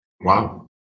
Wow